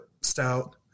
stout